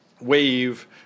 wave